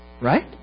Right